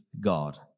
God